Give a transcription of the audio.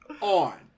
on